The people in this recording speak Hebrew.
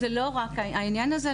עליהם.